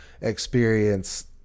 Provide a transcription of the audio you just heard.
experience